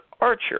Archer